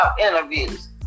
interviews